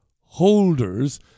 holders